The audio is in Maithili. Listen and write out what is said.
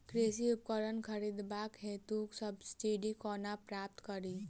कृषि उपकरण खरीदबाक हेतु सब्सिडी कोना प्राप्त कड़ी?